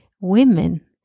women